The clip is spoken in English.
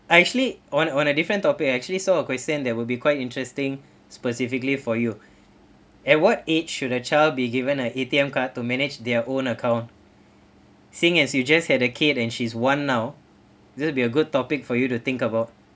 I actually on on a different topic I actually saw a question that will be quite interesting specifically for you at what age should a child be given a A_T_M card to manage their own account since as you just had a kid and she is one now is it be a good topic for you to think about